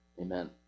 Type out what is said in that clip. amen